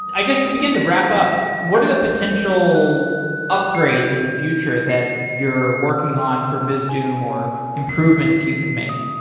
i guess to begin to wrap up, what are the potential upgrades in the future that you're working on for vizdoom or improvements that you could make?